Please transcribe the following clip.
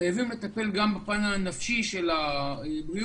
חייבים לטפל גם בפן הנפשי של הבריאות